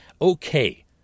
Okay